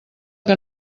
que